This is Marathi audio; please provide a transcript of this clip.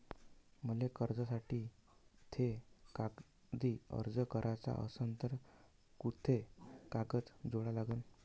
मले कर्जासाठी थे कागदी अर्ज कराचा असन तर कुंते कागद जोडा लागन?